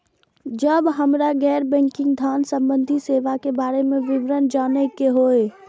जब हमरा गैर बैंकिंग धान संबंधी सेवा के बारे में विवरण जानय के होय?